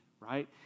right